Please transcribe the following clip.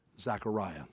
Zachariah